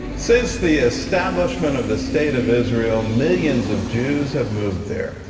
since the establishment of the state of israel, millions of jews have moved there.